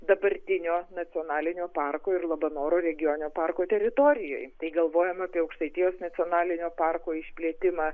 dabartinio nacionalinio parko ir labanoro regioninio parko teritorijoj tai galvojam apie aukštaitijos nacionalinio parko išplėtimą